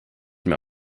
mehr